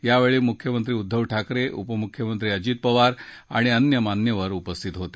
यावेळी मुख्यमंत्री उद्दव ठाकरे उपपमुख्यमंत्री अजित पवार आणि अन्य मान्यवर उपस्थित होते